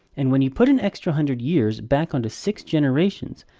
and when you put an extra hundred years back onto six generations,